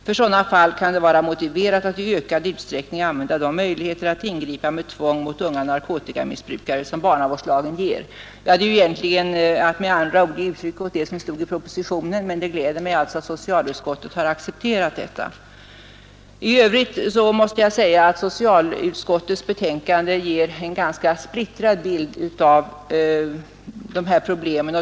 För sådana fall kan det vara motiverat att i ökad utsträckning använda de möjligheter att ingripa med tvång mot unga narkotikamissbrukare som barnavårdslagen ger.” Det är egentligen att med andra ord ge uttryck åt det som stod i propositionen, men det gläder mig att socialutskottet accepterat detta. I övrigt ger socialutskottets betänkande en ganska splittrad bild av dessa problem.